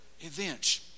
events